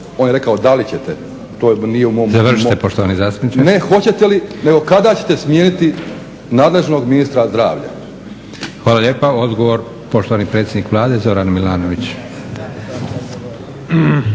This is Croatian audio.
on je rekao da li ćete, to nije u mom. …/Upadica, predsjednik:Završite poštovani zastupniče./… Ne hoćete li nego kada ćete smijeniti nadležnog ministra zdravlja? **Leko, Josip (SDP)** Hvala lijepa. Odgovor poštovani predsjednik Vlade Zoran Milanović.